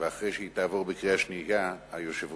ואחרי שהיא תעבור בקריאה שנייה היושב-ראש